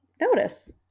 notice